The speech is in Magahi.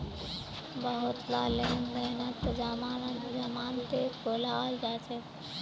बहुतला लेन देनत जमानतीक बुलाल जा छेक